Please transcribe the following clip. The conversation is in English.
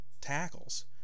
tackles